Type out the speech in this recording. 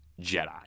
Jedi